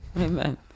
Amen